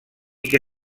que